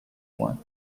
one